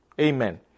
Amen